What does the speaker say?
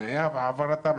תנאי העברתם.